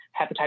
hepatitis